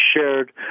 shared